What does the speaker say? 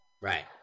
right